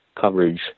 coverage